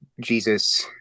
Jesus